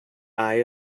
eye